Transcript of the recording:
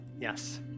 Yes